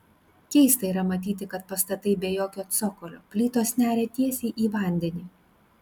keista yra matyti kad pastatai be jokio cokolio plytos neria tiesiai į vandenį